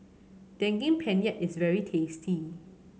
Daging Penyet is very tasty